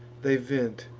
they vent,